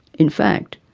in fact,